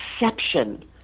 exception